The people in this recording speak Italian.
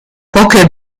poche